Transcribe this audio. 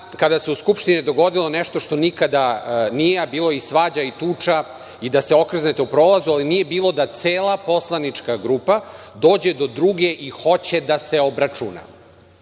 kada se u Skupštini dogodilo nešto što nikada nije, a bilo je i svađa i tuča i da se okrznete u prolazu, ali nije bilo da cela poslanička grupa dođe do druge i hoće da se obračuna.